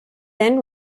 then